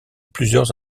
plusieurs